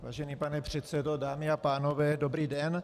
Vážený pane předsedo, dámy a pánové, dobrý den.